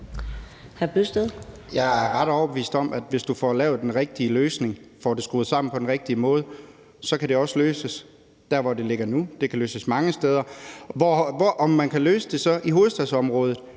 Jeg er ret overbevist om, at hvis du får lavet den rigtige løsning og får det skruet sammen på den rigtige måde, kan det også løses der, hvor det ligger nu. Det kan løses mange steder. Kan man løse det i hovedstadsområdet?